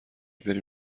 بریم